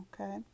okay